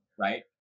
right